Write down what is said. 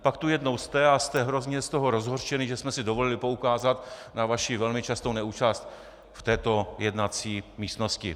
Pak tu jednou jste a jste hrozně z toho rozhořčený, že jsme si dovolili poukázat na vaši velmi častou neúčast v této jednací místnosti.